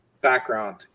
background